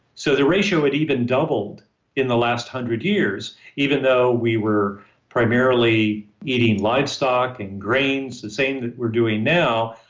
so, the ratio had even doubled in the last one hundred years, even though we were primarily eating livestock and grains, the same that we're doing now,